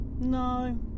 No